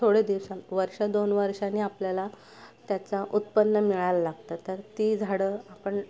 थोडे दिवस वर्ष दोन वर्षांनी आपल्याला त्याचा उत्पन्न मिळायला लागतं तर ती झाडं आपण